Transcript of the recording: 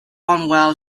unwell